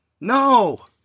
No